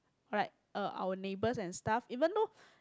like uh our neighbours and stuff even though